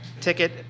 ticket